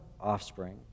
offspring